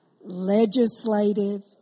legislative